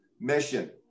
mission